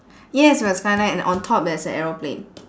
yes with a skyline and on top there's a aeroplane